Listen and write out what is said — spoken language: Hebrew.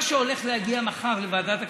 מה שהולך להגיע מחר לוועדת הכספים,